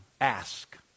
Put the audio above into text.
ask